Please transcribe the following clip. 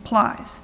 applies